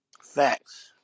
facts